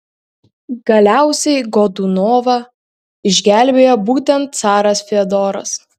galiausiai godunovą išgelbėjo būtent caras fiodoras